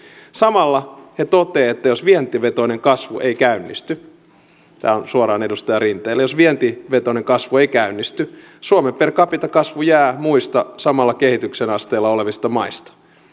samalla he toteavat että tämä on suoraan edustaja rinteelle jos vientivetoinen kasvu ei käynnisty tälle suoraan edustaa riittää myös vientiin vetona kasvoi käynnisti suomen per capita kasvu jää muista samalla kehityksen asteella olevista maista